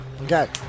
Okay